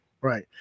Right